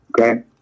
Okay